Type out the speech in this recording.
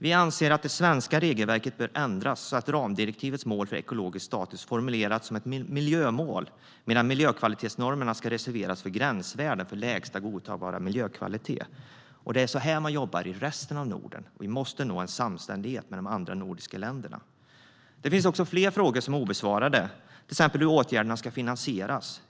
Vi anser att det svenska regelverket bör ändras så att ramdirektivets mål för ekologisk status formuleras som ett miljömål medan miljökvalitetsnormerna ska reserveras för gränsvärden för lägsta godtagbara miljökvalitet. Det är så här man jobbar i resten av Norden, och vi måste nå en samstämmighet med de andra nordiska länderna. Det finns fler frågor som är obesvarade, till exempel hur åtgärderna ska finansieras.